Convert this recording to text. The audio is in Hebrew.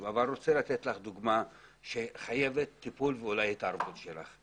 אבל אני רוצה לתת לך דוגמה שחייבת טיפול ואולי התערבות שלך.